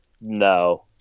No